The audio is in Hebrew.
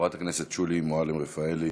חברת הכנסת שולי מועלם-רפאלי,